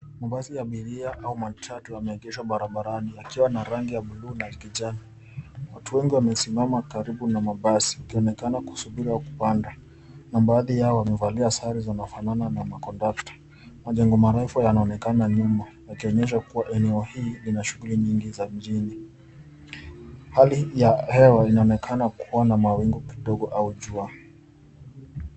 Mabasi ya abiria au matatu yameegeshwa barabarani yakiwa na rangi ya buluu na kijani. Watu wengi wamesimama karibu na mabasi wakionekana kusubiri au kupanda na baadhi yao wamevalia sare zinafanana na za kondakta. Majengo marefu yanaonekana nyuma yakionyesha kuwa eneo hii ina shughuli nyingi za mjini. Hali ya hewa inaonekana kuwa na mawingu kidogo au jua.